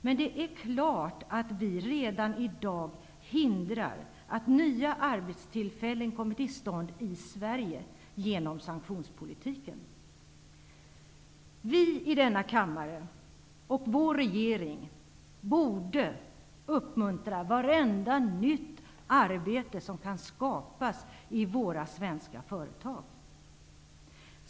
Men klart är att vi redan i dag genom sanktionspolitiken hindrar att nya arbetstillfällen kommer till stånd i Sverige. Vi här i kammaren och vår regering borde uppmuntra vartenda nytt arbete som kan skapas i våra svenska företag.